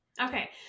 Okay